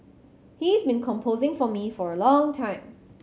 he's been composing for me for a long time